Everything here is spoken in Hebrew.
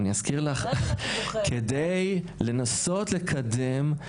כדי לנסות לקדם.